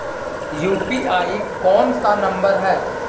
UPI कोन सा number हैं?